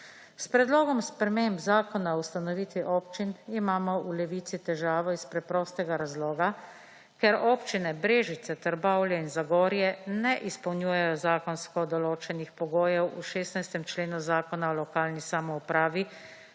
S predlogom sprememb zakona o ustanovitvi občin imamo v Levici težave iz preprostega razloga, ker občine Brežice, Trbovlje in Zagorje ne izpolnjujejo zakonsko določenih pogojev v 16. členu Zakona o lokalni samoupravi